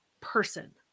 person